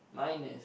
mine is